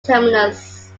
terminus